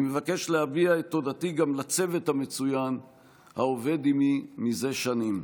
אני מבקש להביע את תודתי גם לצוות המצוין העובד עימי זה שנים.